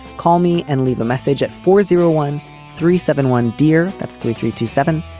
call me and leave a message at four zero one three seven one, dear. that's three three two seven.